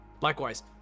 Likewise